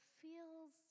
feels